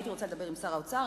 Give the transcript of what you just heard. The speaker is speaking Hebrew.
הייתי רוצה לדבר עם שר האוצר,